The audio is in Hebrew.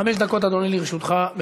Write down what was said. חמש דקות , אדוני, לרשותך.